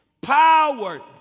power